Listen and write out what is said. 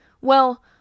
Well